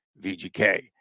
VGK